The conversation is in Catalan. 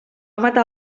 matar